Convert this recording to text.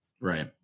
Right